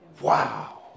Wow